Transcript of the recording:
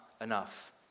enough